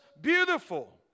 beautiful